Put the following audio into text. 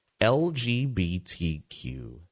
LGBTQ